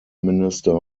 minister